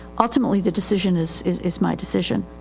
ultimately the decision is, is is my decision.